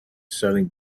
selling